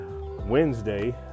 Wednesday